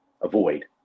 avoid